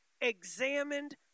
examined